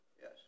Yes